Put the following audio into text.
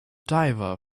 diver